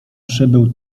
przybył